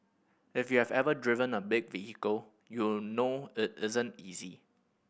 if you have ever driven a big vehicle you'll know it isn't easy